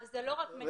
זה לא רק משך הזמן.